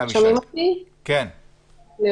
תודה.